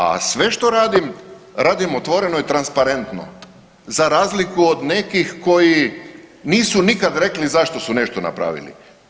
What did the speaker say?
A sve što radim, radim otvoreno i transparentno za razliku od nekih koji nisu nikada rekli zašto su nešto napravili.